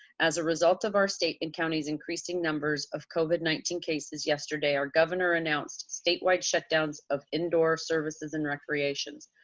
as a result of our state and county's increasing numbers of covid nineteen cases yesterday, our governor announced statewide shut downs of indoor services and recreations.